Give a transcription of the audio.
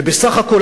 ובסך הכול,